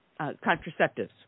contraceptives